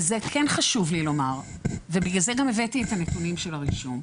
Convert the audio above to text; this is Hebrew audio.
וזה כן חשוב לי לומר ובגלל זה גם הבאתי את הנתונים של הרישום.